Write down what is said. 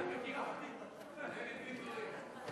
אבל תשמע,